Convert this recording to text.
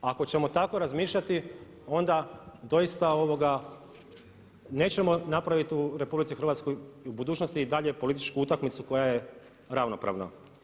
Ako ćemo tako razmišljati onda doista nećemo napraviti u RH u budućnosti i dalje političku utakmicu koja je ravnopravna.